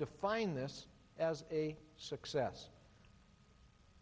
define this as a success